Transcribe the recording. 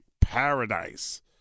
paradise